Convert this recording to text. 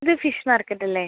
ഇത് ഫിഷ് മാർക്കറ്റല്ലേ